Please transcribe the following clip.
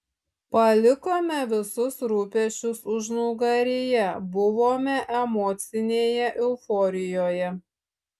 palikome visus rūpesčius užnugaryje buvome emocinėje euforijoje